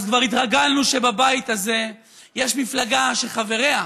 כבר התרגלנו שבבית הזה יש מפלגה שחבריה,